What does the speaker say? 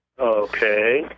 Okay